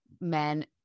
men